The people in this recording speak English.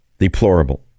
deplorable